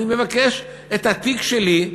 אני מבקש את התיק שלי,